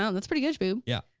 yeah that's pretty huge babe. yeah,